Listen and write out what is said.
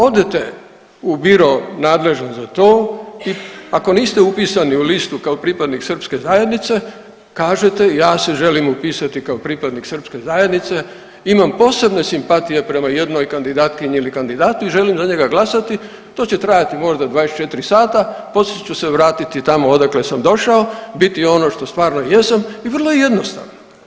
Odete u biro nadležan za to i ako niste upisan u listu kao pripadnik Srpske zajednice, kažete ja se želim upisati kao pripadnik Srpske zajednice, imam posebne simpatije prema jednoj kandidatkinji ili kandidatu i želim za njega glasati, to će trajati možda 24 sata poslije ću se vratiti tamo odakle sam došao, biti ono što stvarno jesam i vrlo je jednostavno.